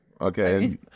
Okay